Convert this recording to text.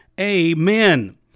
Amen